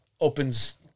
opens